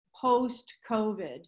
post-COVID